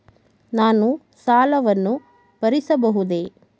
ನಾನು ಸಾಲವನ್ನು ಭರಿಸಬಹುದೇ?